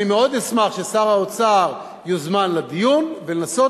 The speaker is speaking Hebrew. אני מאוד אשמח ששר האוצר יוזמן לדיון ולנסות